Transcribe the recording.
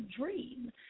dream